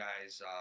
guys